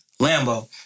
Lambo